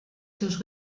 seus